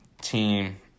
team